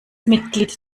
mitglied